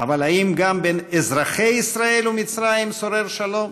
אבל האם גם בין אזרחי ישראל לאזרחי מצרים שורר שלום?